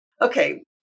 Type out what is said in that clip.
Okay